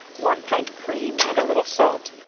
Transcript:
one pint cream and a little salt,